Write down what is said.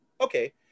Okay